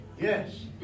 Yes